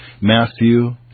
Matthew